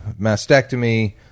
mastectomy